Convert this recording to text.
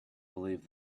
believed